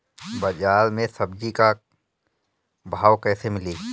बाजार मे सब्जी क भाव कैसे मिली?